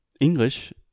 English